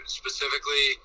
specifically